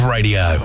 Radio